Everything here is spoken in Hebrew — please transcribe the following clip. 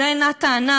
זו אינה טענה,